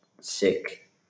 sick